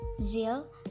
zeal